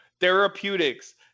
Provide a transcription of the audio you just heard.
therapeutics